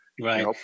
Right